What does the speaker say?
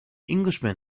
englishman